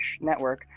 network